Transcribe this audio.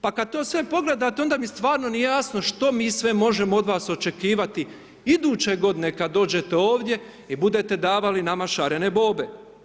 Pa kada to sve pogledate onda mi stvarno nije jasno što mi sve možemo od vas očekivati iduće godine kada dođete ovdje i budete davali nama šarene bobe.